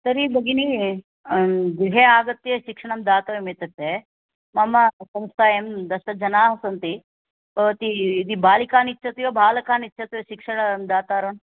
तर्हि भगिनी गृहे आगत्य शिक्षणं दातव्यम् इत्यक्ते मम संस्थायां दशजनाः सन्ति भवती यदि बालिकान् इच्छति वा बालकान् इच्छति वा शिक्षणं दातारन्